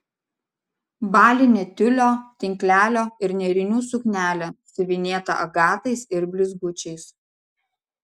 balinė tiulio tinklelio ir nėrinių suknelė siuvinėta agatais ir blizgučiais